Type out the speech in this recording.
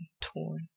torn